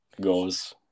goes